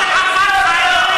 זה החוק של אפרטהייד.